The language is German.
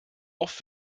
oft